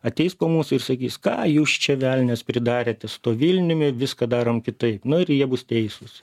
ateis po mūsų ir sakys ką jūs čia velnias pridarėte su tuo vilniumi viską darom kitaip nu ir jie bus teisūs